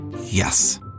Yes